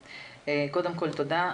תודה.